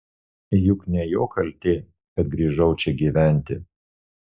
juk ne jo kaltė kad grįžau čia gyventi